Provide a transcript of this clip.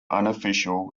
unofficial